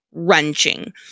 Wrenching